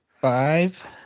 Five